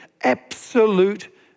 absolute